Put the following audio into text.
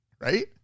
right